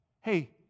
Hey